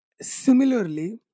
similarly